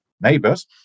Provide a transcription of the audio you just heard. neighbors